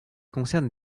concerne